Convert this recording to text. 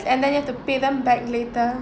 and then you have to pay them back later